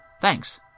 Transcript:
Thanks